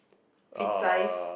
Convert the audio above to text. feet size